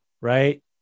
right